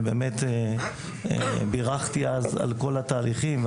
ובאמת בירכתי אז על כל התהליכים,